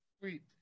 Sweet